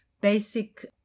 basic